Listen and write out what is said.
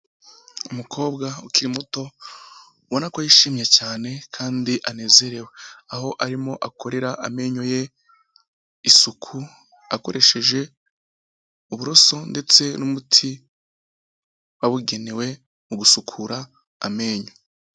Umukobwa ukiri muto, ubona ko yishimye cyane kandi anezerewe. Aho arimo akorera amenyo ye isuku, akoresheje uburoso ndetse n'umuti wabugenewe mu gusukura amenyo.